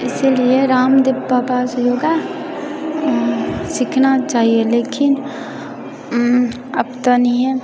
इसीलिए रामदेव बाबासँ योगा सीखना चाहिए लेकिन अब तऽ नहिए